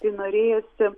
tai norėjosi